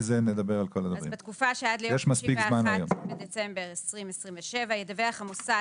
בתקופה שעד ליום 31 בדצמבר 2027 ידווח המוסד